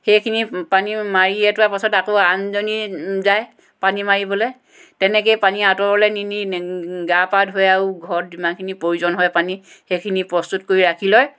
সেইখিনি পানী মাৰি অঁতোৱাৰ পাছত আকৌ আনজনী যায় পানী মাৰিবলৈ তেনেকৈয়ে পানী আঁতৰলৈ নি নি গা পা ধুৱে আৰু ঘৰত যিমানখিনি প্ৰয়োজন হয় পানী সেইখিনি প্ৰস্তুত কৰি ৰাখি লয়